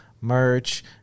merch